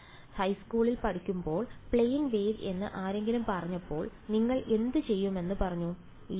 അതിനാൽ ഹൈസ്കൂളിൽ പഠിക്കുമ്പോൾ പ്ലെയിൻ വേവ് എന്ന് ആരെങ്കിലും പറഞ്ഞപ്പോൾ നിങ്ങൾ എന്ത് ചെയ്യുമെന്ന് പറഞ്ഞു ejkx−ωt